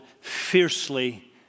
fiercely